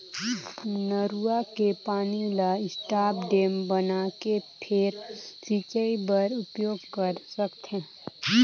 नरूवा के पानी ल स्टॉप डेम बनाके फेर सिंचई बर उपयोग कर सकथे